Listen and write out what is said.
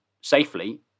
safely